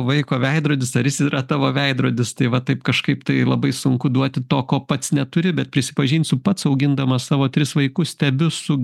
vaiko veidrodis ar jis yra tavo veidrodis tai va taip kažkaip tai labai sunku duoti to ko pats neturi bet prisipažinsiu pats augindamas savo tris vaikus stebiu su